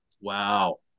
Wow